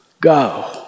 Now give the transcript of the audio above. Go